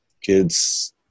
kids